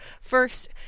First